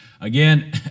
again